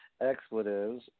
expletives